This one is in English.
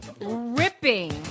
Ripping